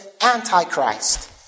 Antichrist